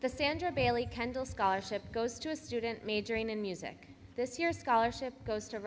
the standard daily candle scholarship goes to a student majoring in music this year scholarship goes to